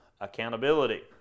Accountability